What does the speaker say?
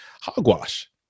Hogwash